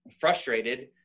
frustrated